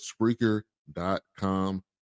Spreaker.com